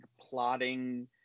plotting